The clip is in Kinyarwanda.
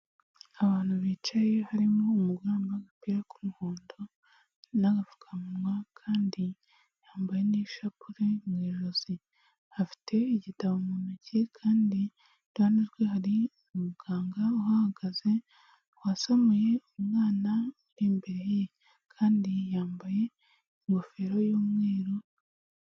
Abantu bicaye harimo umugore agapira k'umuhondo n'agapfukamunwa kandi yambaye n'ishapure mu ijosi, afite igitabo mu ntoki kandi iruhande rwe hari umuganga uhagaze wasomuye umwana uri imbere ye, kandi yambaye ingofero y'umweru.